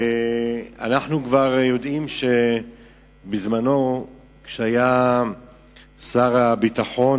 ואנחנו כבר יודעים שבזמנו שר הביטחון,